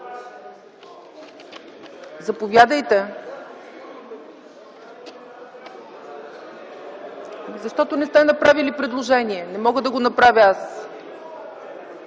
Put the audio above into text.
ЦАЧЕВА: Защото не сте направили предложение, не мога да го направя аз.